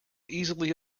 easily